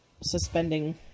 suspending